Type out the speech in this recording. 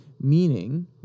Meaning